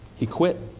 he quit.